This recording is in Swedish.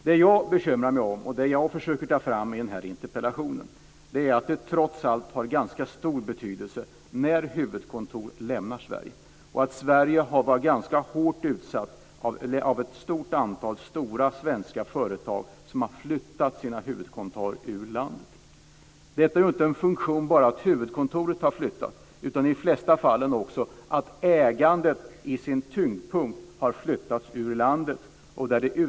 Det jag bekymrar mig om, och det jag försöker ta fram i denna interpellation, är att det trots allt har ganska stor betydelse när huvudkontor lämnar Sverige och att Sverige har varit ganska hårt utsatt när ett stort antal stora svenska företag har flyttat sina huvudkontor ur landet. Det är inte bara det att huvudkontoret har flyttat, utan i de flesta fall har tyngdpunkten i ägandet flyttats ur landet.